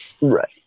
right